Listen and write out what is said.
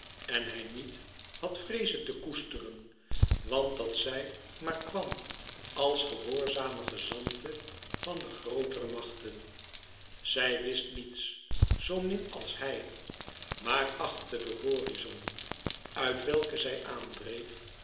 en hij niet had vreeze te koesteren want dat zij maar kwam als gehoorzame gezante van de grootere machten zij wist niets zoo min als hij maar achter den horizon uit welken zij aandreef